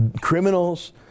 criminals